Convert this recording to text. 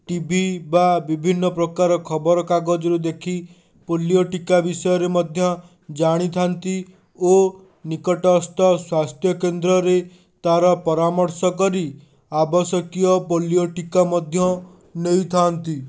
TV ବା ବିଭିନ୍ନ ଖବର କାଗଜରୁ ଦେଖି ପୋଲିଓ ଟୀକା ବିଷୟରେ ମଧ୍ୟ ଜାଣିଥାନ୍ତି ଓ ନିକଟସ୍ଥ ସ୍ୱାସ୍ଥ୍ୟକେନ୍ଦ୍ରରେ ତା'ର ପରାମର୍ଶ କରି ଆବଶ୍ୟକୀୟ ପୋଲିଓ ଟୀକା ମଧ୍ୟ ନେଇଥାନ୍ତି